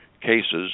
cases